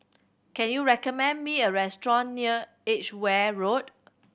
can you recommend me a restaurant near Edgware Road